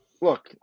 Look